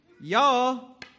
y'all